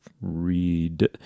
read